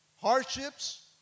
Hardships